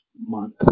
month